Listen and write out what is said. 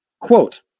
Quote